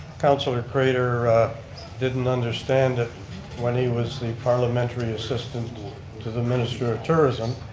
councillor craitor didn't understand it when he was the parliamentary assistant to the minister of tourism.